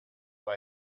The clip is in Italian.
sua